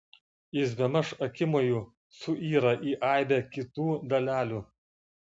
jis bemaž akimoju suyra į aibę kitų dalelių